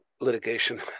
litigation